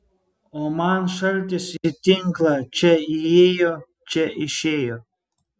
o man šaltis į tinklą čia įėjo čia išėjo